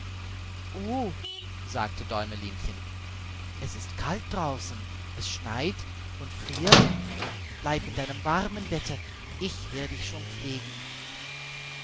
sagte däumelinchen es ist kalt draußen es schneit und friert bleib in deinem warmen bette ich werde dich schon pflegen